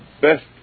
best